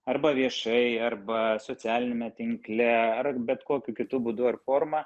arba viešai arba socialiniame tinkle ar bet kokiu kitu būdu ar forma